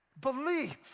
believe